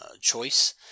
choice